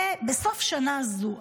בסוף השנה הזו,